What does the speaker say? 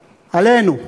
עלינו.